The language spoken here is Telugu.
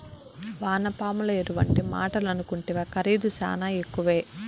వానపాముల ఎరువంటే మాటలనుకుంటివా ఖరీదు శానా ఎక్కువే